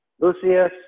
Lucius